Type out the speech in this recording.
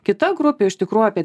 kita grupė iš tikrųjų apie